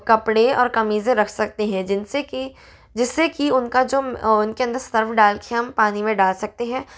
कपड़े और कमीज़ें रख सकते हैं जिन से कि जिस से कि उनका जो उनके अंदर सर्फ़ डाल कर हम पानी में डाल सकते हैं